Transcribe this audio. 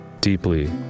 Deeply